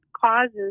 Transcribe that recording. causes